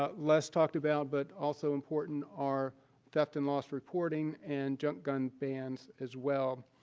ah less talked about but also important are theft and loss reporting and junk gun bans as well.